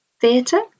Theatre